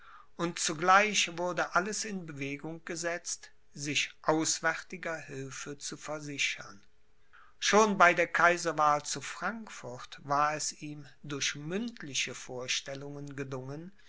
und zugleich wurde alles in bewegung gesetzt sich auswärtiger hilfe zu versichern schon bei der kaiserwahl zu frankfurt war es ihm durch mündliche vorstellungen gelungen